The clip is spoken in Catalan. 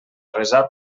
resar